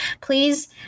Please